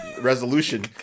resolution